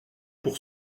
pour